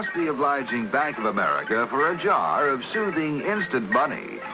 the obliging bank of america for a jar of soothing instant money.